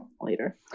later